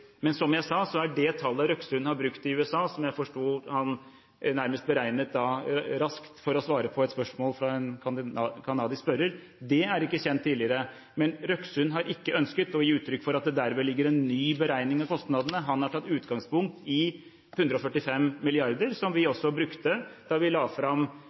Som jeg sa, er det tallet Røksund har brukt i USA, som jeg forstod han nærmest beregnet raskt for å svare på et spørsmål fra en kanadisk spørrer, ikke kjent tidligere, men Røksund har ikke ønsket å gi uttrykk for at det derved ligger en ny beregning av kostnadene. Han har tatt utgangspunkt i 145 mrd. kr, som vi også brukte da vi la fram